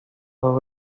dos